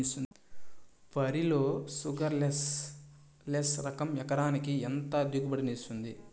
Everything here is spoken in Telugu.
వరి లో షుగర్లెస్ లెస్ రకం ఎకరాకి ఎంత దిగుబడినిస్తుంది